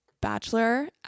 bachelor